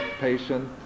patient